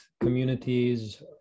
communities